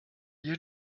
you